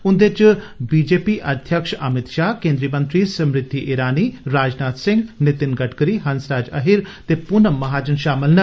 उंदे च भाजपा अध्यक्ष अमित षाह केन्द्र मंत्री स्मृति इरानी राजनाथ सिंह नितिन गडकरी हंसराज अहीर ते पूनम महाजन षामल न